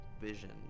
vision